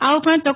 આ ઉપરાંત ડો